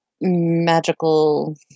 magical